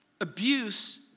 Abuse